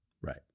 Right